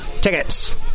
tickets